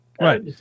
right